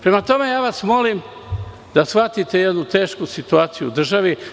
Prema tome, ja vas molim da shvatite jednu tešku situaciju u državi.